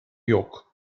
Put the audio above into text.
yok